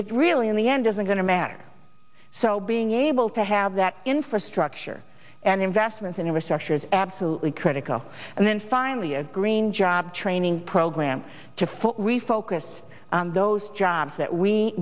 it's really in the end doesn't going to matter so being able to have that infrastructure and investments in infrastructure is absolutely critical and then finally a green job training program to foot refocus those jobs that we